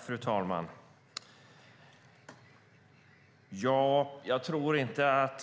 Fru talman! Jag tror inte att